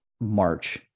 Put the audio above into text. March